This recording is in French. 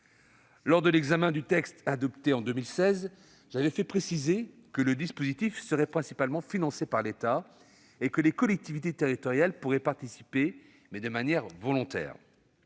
Lors de l'examen du texte adopté en 2016, j'avais fait préciser que le dispositif serait principalement financé par l'État et que les collectivités territoriales pourraient participer, mais de manière volontaire.